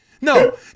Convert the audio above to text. No